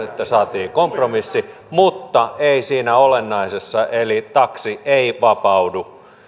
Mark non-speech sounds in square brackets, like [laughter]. [unintelligible] että saatiin kompromissi mutta ei siinä olennaisessa eli taksi ei vapaudu